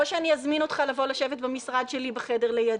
או שאזמין אותך לבוא לשבת במשרד שלי בחדר לידי,